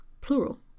plural